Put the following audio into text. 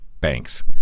banks